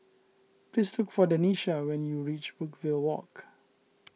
please look for Denisha when you reach Brookvale Walk